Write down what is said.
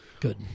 Good